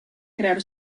crear